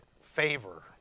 favor